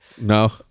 no